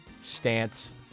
stance